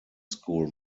school